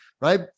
right